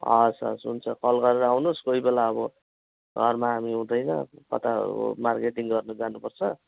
हवस् हवस् हुन्छ कल गरेर आउनुहोस् कोही बेला अब घरमा हामी हुँदैन कता अब मार्केटिङ गर्नु जानुपर्छ